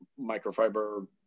microfiber